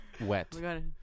wet